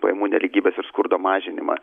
pajamų nelygybės ir skurdo mažinimą